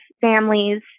families